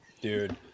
dude